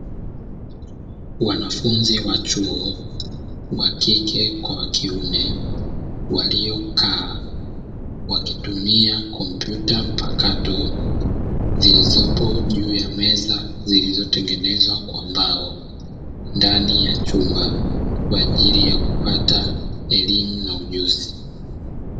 Wanafunzi wa chuo wakike kwa wakiume waliokaa, wakitumia kompyuta mpakato zilizopo juu ya meza zilizotengenezwa kwa mbao, ndani ya chumba kwa ajili ya kupata elimu na ujuzi.